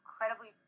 incredibly